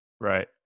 Right